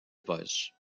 vosges